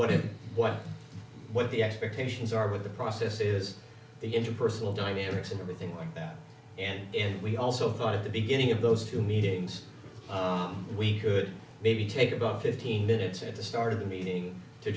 what it what what the expectations are with the process is the interpersonal dynamics and everything like that and we also thought at the beginning of those two meetings we could maybe take about fifteen minutes at the start of the meeting to